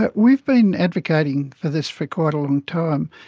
but we've been advocating for this for quite a long time.